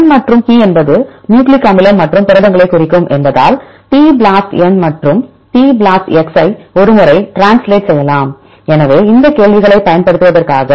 N மற்றும் p என்பது nucleic அமிலங்கள் மற்றும் புரதங்களைக் குறிக்கும் என்பதால் tBLASTn மற்றும் tBLASTx ஐ ஒருமுறை ட்ரான்ஸ்லேட் செய்யலாம் எனவே இந்த கேள்விகளைப் பயன்படுத்துவதற்காக